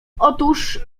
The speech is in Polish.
otóż